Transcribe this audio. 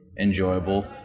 enjoyable